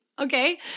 Okay